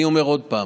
אני אומר עוד פעם: